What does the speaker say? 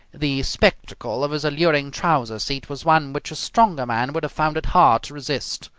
the spectacle of his alluring trouser seat was one which a stronger man would have found it hard to resist.